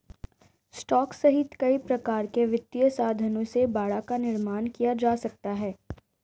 stock सहित कई प्रकार के वित्तीय साधनों से बाड़ा का निर्माण किया जा सकता है